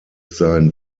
sein